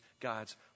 God's